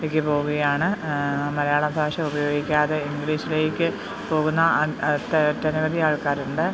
പോവുകയാണ് മലയാളഭാഷ ഉപയോഗിക്കാതെ ഇംഗ്ലീഷിലേക്ക് പോകുന്ന ഒട്ടനവധി ആൾക്കാരുണ്ട്